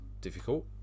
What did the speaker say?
difficult